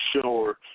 sure